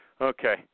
Okay